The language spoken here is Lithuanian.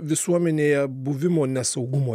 visuomenėje buvimo nesaugumo